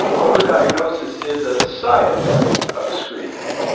over-diagnosis is a side effect of screening,